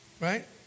Right